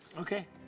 Okay